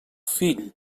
fill